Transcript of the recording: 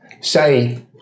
say